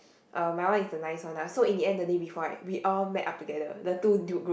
uh my one is the nice one ah so in the end the day before right we all met up together the two new group